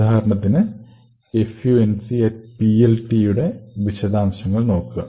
ഉദാഹരണത്തിന് funcPLTയുടെ വിശദാംശങ്ങൾ നോക്കുക